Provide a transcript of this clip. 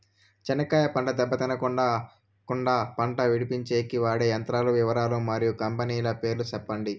చెనక్కాయ పంట దెబ్బ తినకుండా కుండా పంట విడిపించేకి వాడే యంత్రాల వివరాలు మరియు కంపెనీల పేర్లు చెప్పండి?